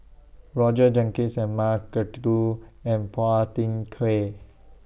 Roger Jenkins M Karthigesu and Phua Thin Kiay